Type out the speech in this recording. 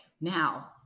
now